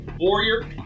warrior